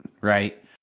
right